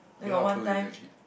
you all are close already legit